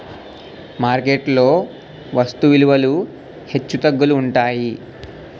market లో వస్తు విలువలు హెచ్చుతగ్గులు ఉంటాయి